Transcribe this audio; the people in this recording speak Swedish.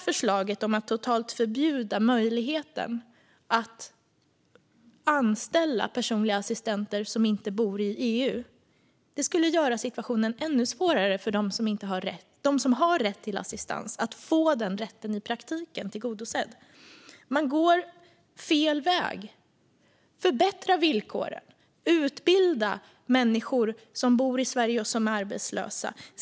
Förslaget om att totalt förbjuda möjligheten att anställa personliga assistenter som inte bor i EU skulle göra det ännu svårare för dem som har rätt till assistans att få den rätten tillgodosedd i praktiken. Man går fel väg. Förbättra i stället villkoren, och utbilda människor som bor i Sverige och som är arbetslösa.